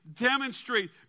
demonstrate